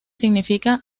significa